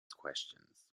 questions